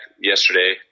yesterday